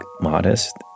modest